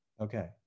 okay